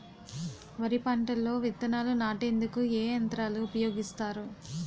వరి పంటలో విత్తనాలు నాటేందుకు ఏ యంత్రాలు ఉపయోగిస్తారు?